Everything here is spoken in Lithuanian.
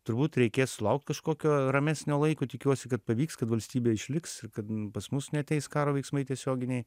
turbūt reikės laukt kažkokio ramesnio laiko tikiuosi kad pavyks kad valstybė išliks ir kad pas mus neateis karo veiksmai tiesioginiai